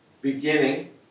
beginning